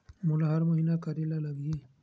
मोला हर महीना करे ल लगही?